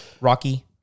Rocky